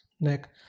neck